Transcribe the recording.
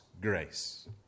grace